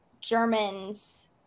Germans